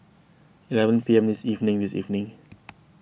eleven P M this evening this evening